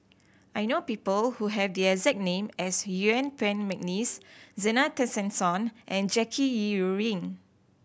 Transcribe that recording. I know people who have the exact name as Yuen Peng McNeice Zena Tessensohn and Jackie Yi Ru Ying